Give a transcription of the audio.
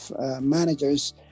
managers